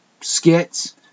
skits